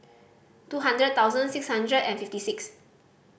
two hundred thousand six hundred and fifty six